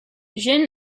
jin